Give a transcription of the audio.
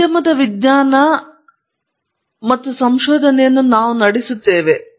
ಆದ್ದರಿಂದ ನಾವು ಉದ್ಯಮದ ವಿಜ್ಞಾನ ಮತ್ತು ಸಂಶೋಧನೆ ನಡೆಸುತ್ತೇವೆ